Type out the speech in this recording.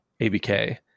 ABK